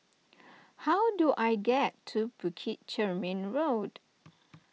how do I get to Bukit Chermin Road